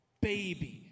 baby